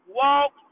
walk